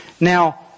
Now